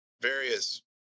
various